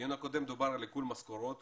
הקודם דובר על עיקול משכורות